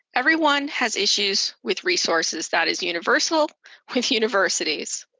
everyone has issues with resources. that is universal with universities,